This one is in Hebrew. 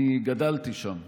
אני גדלתי שם,